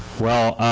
well,